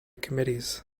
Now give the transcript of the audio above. committees